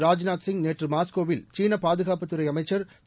ராஜ்நாத் சிங் நேற்று மாஸ்கோவில் சீன பாதுகாப்புத்துறை அமைச்சர் திரு